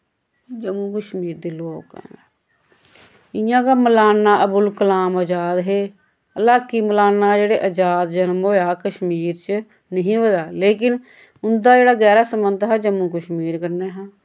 जम्मू कश्मीर दे लोक इ'यां गै मलाना अबुल कलाम अजाद हे अलाकी मुलाना जेह्ड़े अजादा जनम होया हा कश्मीर च निं ही होया लेकिन उंदा जेह्ड़ा गैह्रा संबंध हा जम्मू कश्मीर कन्नै हा